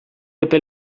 epe